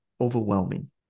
overwhelming